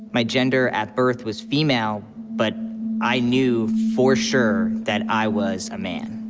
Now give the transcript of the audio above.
my gender at birth, was female but i knew, for sure, that i was a man.